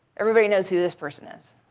everybody knows who this person is.